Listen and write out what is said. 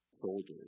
soldiers